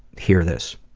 hear this.